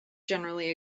generally